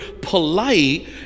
polite